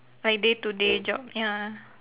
my day to day job ya